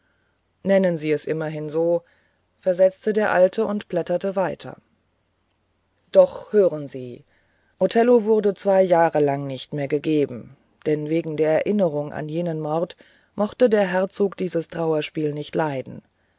nennen sie es immerhin so versetzte der alte und blätterte weiter doch hören sie othello wurde zwei jahre lang nicht mehr gegeben denn wegen der erinnerung an jenen mord mochte der herzog dieses trauerspiel nicht leiden